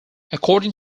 according